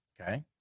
Okay